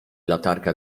latarka